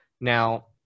Now